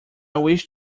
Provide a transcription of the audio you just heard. wish